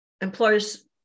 employers